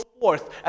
forth